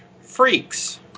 Freaks